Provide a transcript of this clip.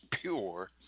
pure